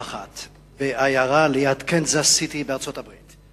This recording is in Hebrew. אחת בעיירה ליד קנזס סיטי בארצות-הברית,